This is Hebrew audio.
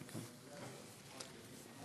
בבקשה, גברתי.